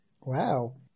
Wow